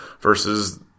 versus